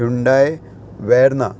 Hyundai Verna